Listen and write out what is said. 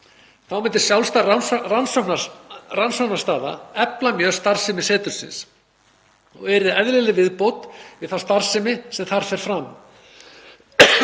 Þá myndi sjálfstæð rannsóknarstaða efla mjög starfsemi setursins og yrði eðlileg viðbót við þá starfsemi sem þar fer fram.